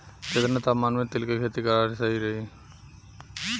केतना तापमान मे तिल के खेती कराल सही रही?